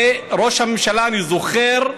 וראש הממשלה, אני זוכר,